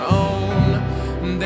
own